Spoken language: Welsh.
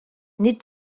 nid